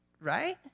Right